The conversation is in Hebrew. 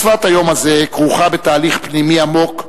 מצוות היום הזה כרוכה בתהליך פנימי עמוק,